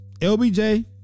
LBJ